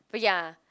but ya